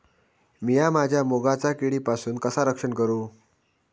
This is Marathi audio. मीया माझ्या मुगाचा किडीपासून कसा रक्षण करू?